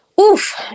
oof